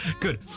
Good